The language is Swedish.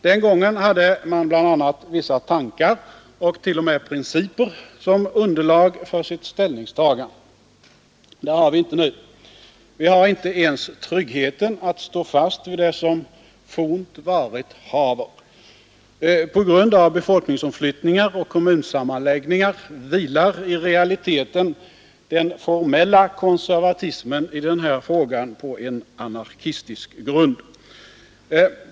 Den gången hade man bl.a. vissa tankar och t.o.m. principer som underlag för sitt ställnings tagande. Det har vi inte nu. Vi har inte ens tryggheten att stå fast vid det som fornt varit haver. På grund av befolkningsomflyttningar och kommunsammanläggningar vilar i realiteten den formella konservatismen i den här frågan på en anarkistisk grund.